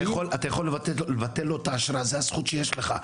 אתה יכול לבטל לו את האשרה זאת הזכות שיש לך,